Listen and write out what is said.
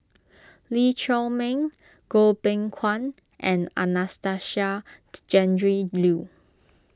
Lee Chiaw Meng Goh Beng Kwan and Anastasia Tjendri Liew